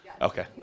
Okay